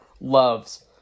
loves